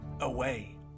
away